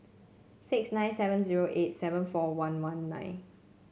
six nine seven zero eight seven four one one nine